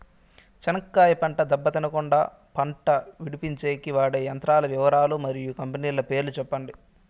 చెనక్కాయ పంట దెబ్బ తినకుండా కుండా పంట విడిపించేకి వాడే యంత్రాల వివరాలు మరియు కంపెనీల పేర్లు చెప్పండి?